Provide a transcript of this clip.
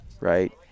right